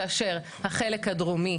כאשר החלק הדרומי